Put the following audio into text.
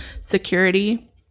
security